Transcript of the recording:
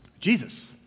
Jesus